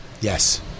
Yes